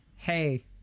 hey